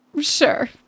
sure